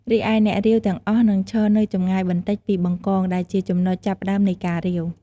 រីឯ អ្នករាវ ទាំងអស់នឹងឈរនៅចម្ងាយបន្តិចពី បង្កង ដែលជាចំណុចចាប់ផ្តើមនៃការរាវ។